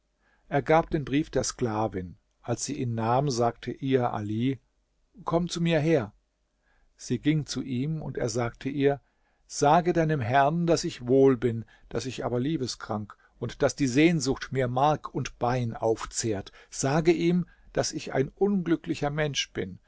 er gab den brief der sklavin als sie ihn nahm sagte ihr ali komm zu mir her sie ging zu ihm und er sagte ihr sage deinem herrn daß ich wohl bin daß ich aber liebeskrank und daß die sehnsucht mir mark und bein aufzehrt sage ihm daß ich ein unglücklicher mensch bin